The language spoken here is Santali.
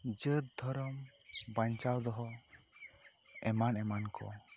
ᱡᱟᱹᱛ ᱫᱷᱚᱨᱚᱢ ᱵᱟᱧᱪᱟᱣ ᱫᱚᱦᱚ ᱮᱢᱟᱱ ᱮᱢᱟᱱ ᱠᱚ